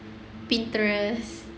pinterest